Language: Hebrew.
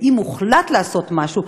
ואם הוחלט לעשות משהו,